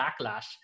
backlash